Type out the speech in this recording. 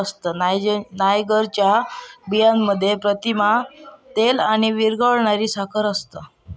नायजरच्या बियांमध्ये प्रथिना, तेल आणि विरघळणारी साखर असता